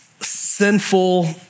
sinful